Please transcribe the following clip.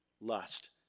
lust